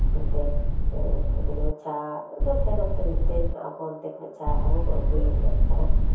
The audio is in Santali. ᱚᱱᱛᱮ ᱚᱱᱛᱮ ᱡᱮᱢᱚᱱ ᱪᱟ ᱫᱚ ᱰᱷᱮᱨ ᱚᱱᱛᱮ ᱦᱩᱭᱩᱜ ᱛᱮ ᱟᱵᱚ ᱚᱱᱛᱮ ᱠᱷᱚᱱᱟᱜ ᱪᱟ ᱟᱵᱚ ᱵᱚᱱ ᱟᱹᱜᱩᱭᱮᱜ ᱠᱟᱱᱟ